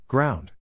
Ground